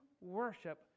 worship